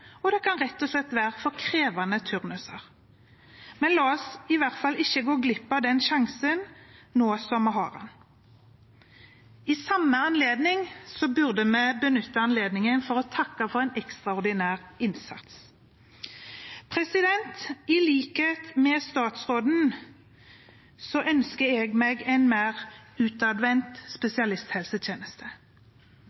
og det kan rett og slett være for krevende turnus. La oss i hvert fall ikke gå glipp av den sjansen nå som vi har den. Samtidig burde vi benytte anledningen til å takke for en ekstraordinær innsats. I likhet med statsråden ønsker jeg meg en mer utadvendt